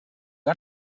got